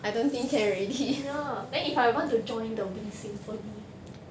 ya then if I want to join the wincing